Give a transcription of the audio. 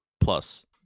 plus